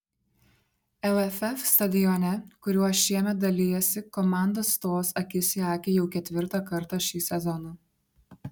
lff stadione kuriuo šiemet dalijasi komandos stos akis į akį jau ketvirtą kartą šį sezoną